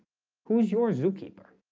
who's your zookeeper